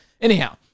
Anyhow